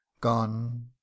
gone